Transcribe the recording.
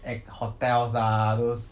at hotels ah those